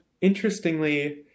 interestingly